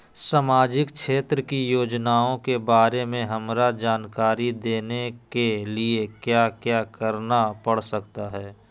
सामाजिक क्षेत्र की योजनाओं के बारे में हमरा जानकारी देने के लिए क्या क्या करना पड़ सकता है?